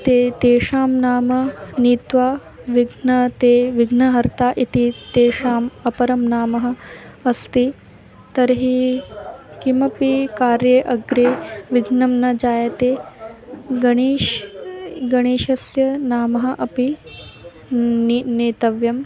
ते तेषां नाम नीत्वा विघ्नः ते विघ्नहर्ता इति तेषाम् अपरं नाम अस्ति तर्हि किमपि कार्ये अग्रे विघ्नः न जायते गणेशः गणेशस्य नाम अपि नि नेतव्यं